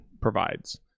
provides